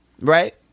Right